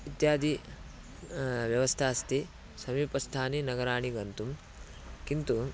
इत्यादि व्यवस्था अस्ति समीपस्थानि नगराणि गन्तुं किन्तु